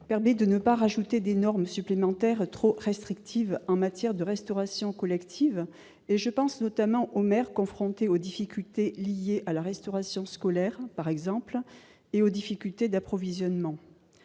permet de ne pas ajouter des normes supplémentaires trop restrictives en matière de restauration collective. Je pense ici aux maires qui se trouvent confrontés aux difficultés liées à la restauration scolaire, par exemple, et aux difficultés d'approvisionnement.